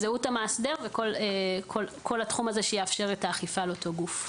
זהות המאסדר וכל התחום הזה שיאפשר את האכיפה על אותו גוף.